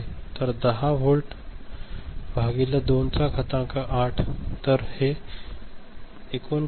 तर 10 व्होल्ट भागिले 2 चा घातांक 8 तर हे 39